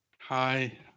Hi